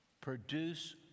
produce